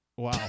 Wow